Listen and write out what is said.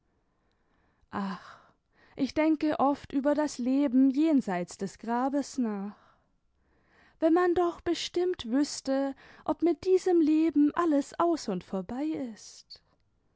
ich denke oft über das leben jenseits des grabes nach wenn man doch bestimmt wüßte ob mit diesem leben alles aus und voibei ist